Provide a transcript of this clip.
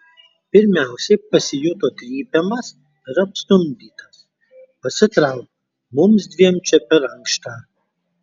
pirmiausia pasijuto trypiamas ir apstumdytas pasitrauk mums dviem čia per ankšta